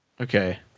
Okay